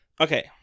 okay